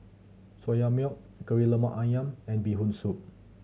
Soya Milk Kari Lemak Ayam and Bee Hoon Soup